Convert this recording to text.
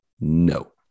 no